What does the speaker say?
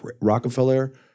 Rockefeller